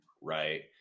Right